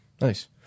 Nice